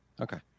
Okay